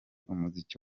umuziki